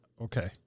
okay